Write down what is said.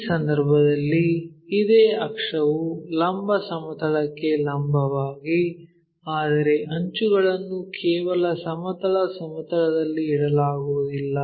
ಈ ಸಂದರ್ಭದಲ್ಲಿ ಅದೇ ಅಕ್ಷವು ಲಂಬ ಸಮತಲಕ್ಕೆ ಲಂಬವಾಗಿ ಆದರೆ ಅಂಚುಗಳನ್ನು ಕೇವಲ ಸಮತಲ ಸಮತಲದಲ್ಲಿ ಇಡಲಾಗುವುದಿಲ್ಲ